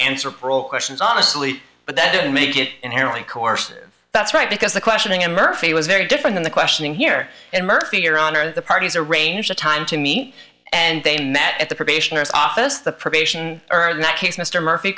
answer questions honestly but that didn't make it inherently coercive that's right because the questioning in murphy was very different in the questioning here in murphy your honor the parties arranged a time to me and they met at the probationers office the probation earth in that case mr murphy